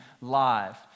live